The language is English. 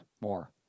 more